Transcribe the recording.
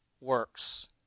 works